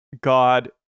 god